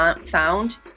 sound